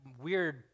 weird